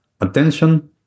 attention